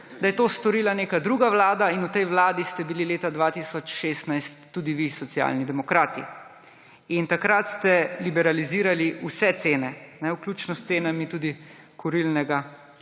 da je to storila neka druga vlada in v tej vladi ste bili leta 2016 tudi vi, Socialni demokrati. Takrat ste liberalizirali vse cene, vključno s cenami tudi kurilnega